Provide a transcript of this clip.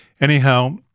Anyhow